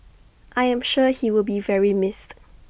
I am sure he will be very missed